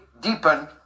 deepen